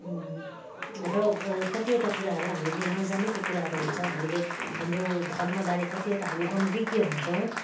र कतिवटा कुराहरू हामीले नजानेको कुराहरू हुन्छ हामीले हाम्रो धर्म बारे कतिवटा हामी अनभिज्ञ हुन्छौँ